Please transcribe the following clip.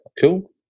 cool